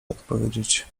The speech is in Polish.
odpowiedzieć